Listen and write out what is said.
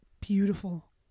beautiful